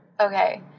Okay